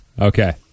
Okay